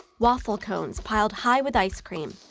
waffle cones piled high with ice cream.